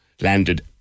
landed